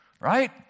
right